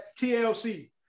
TLC